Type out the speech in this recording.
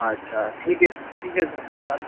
अच्छा ठीक आहे ठीक आहे सर